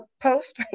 post